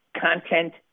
content